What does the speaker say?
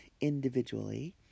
individually